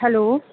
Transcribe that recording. hello